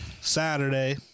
Saturday